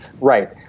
Right